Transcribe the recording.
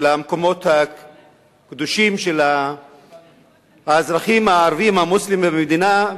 למקומות הקדושים של האזרחים הערבים המוסלמים במדינה,